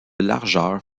largeur